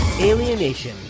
Alienation